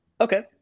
Okay